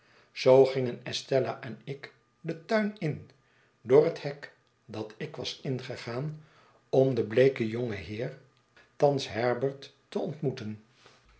zoo gingen estella en ik den tuin in door het hek dat ik was ingegaan om den bleeken jongen heer thans herbert te ontmoeten